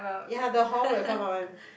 ya the horn will come out one